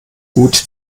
gut